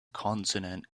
consonant